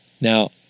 Now